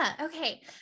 Okay